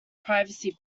privacy